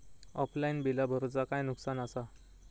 Offline बिला भरूचा काय नुकसान आसा?